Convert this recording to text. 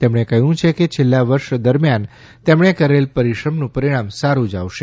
તેમણે કહ્યું છે કે છેલ્લા વર્ષ દરમ્યાન તેમણે કરેલ પરિશ્રમનું પરિણામ સારૂ જ આવશે